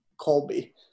Colby